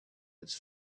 its